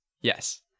Yes